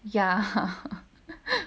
ya